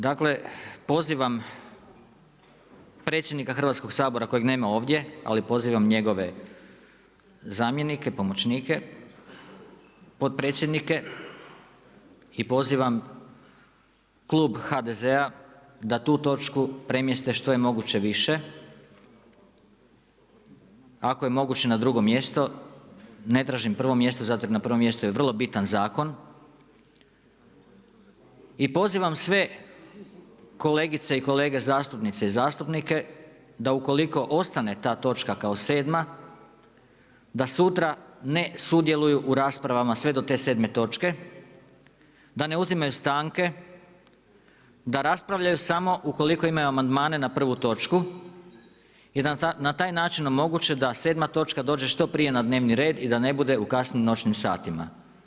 Dakle pozivam predsjednika Hrvatskoga sabora kojeg nema ovdje ali pozivam njegove zamjenike, pomoćnike, potpredsjednike i pozivam klub HDZ-a da tu točku premjeste što je moguće više, ako je moguće na drugo mjesto, ne tražim prvo mjesto zato jer na prvom mjestu je vrlo bitan zakon i pozivam sve kolegice i kolege zastupnice i zastupnike da ukoliko ostane ta točka kao sedma, da sutra ne sudjeluju u raspravama sve do te sedme točke, da ne uzimaju stanke, da raspravljaju samo ukoliko imaju amandmane na prvu točku i da na taj način omoguće da sedma točka dođe što prije na dnevni red i da ne bude u kasnim noćnim satima.